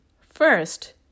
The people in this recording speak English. First